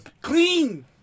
Clean